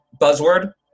buzzword